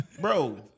bro